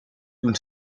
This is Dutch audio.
toen